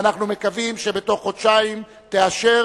ואנחנו מקווים שבתוך חודשיים תאשר